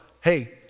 hey